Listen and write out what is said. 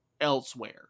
elsewhere